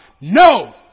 No